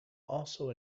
also